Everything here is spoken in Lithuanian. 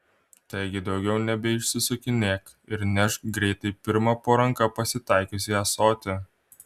taigi daugiau nebeišsisukinėk ir nešk greitai pirmą po ranka pasitaikiusį ąsotį